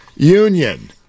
Union